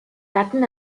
latin